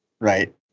right